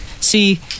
See